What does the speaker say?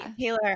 Taylor